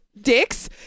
dicks